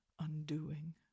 undoing